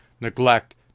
neglect